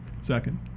Second